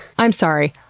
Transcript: i'm sorry,